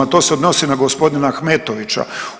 To se odnosi na gospodina Ahmetovića.